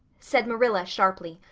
said marilla sharply,